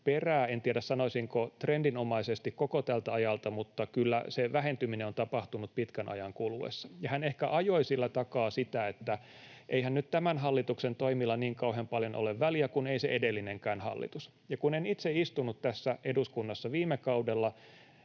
perää. En tiedä, sanoisinko ”trendinomaisesti” koko tältä ajalta, mutta kyllä se vähentyminen on tapahtunut pitkän ajan kuluessa. Hän ehkä ajoi sillä takaa sitä, että eihän nyt tämän hallituksen toimilla niin kauhean paljon ole väliä, kun ei se edellinenkään hallitus. Kun en itse istunut tässä eduskunnassa viime kaudella,